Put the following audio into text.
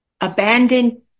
abandoned